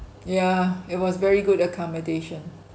ya it was very good accommodation